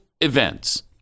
events